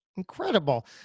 Incredible